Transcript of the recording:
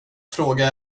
fråga